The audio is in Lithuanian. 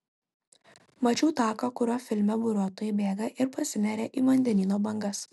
mačiau taką kuriuo filme buriuotojai bėga ir pasineria į vandenyno bangas